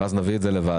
ואז נביא את זה לוועדה,